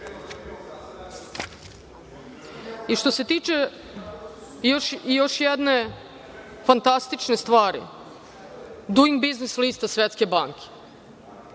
ja. Što se tiče još jedne fantastične stvari, „Duing biznis lista“ Svetske banke,